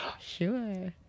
sure